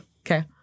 Okay